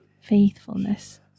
faithfulness